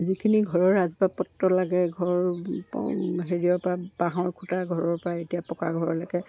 যিখিনি ঘৰৰ আচবাব পত্ৰ লাগে ঘৰৰ হেৰিয়ৰ পৰা বাঁহৰ খুটা ঘৰৰ পৰা এতিয়া পকা ঘৰলৈকে